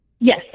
Yes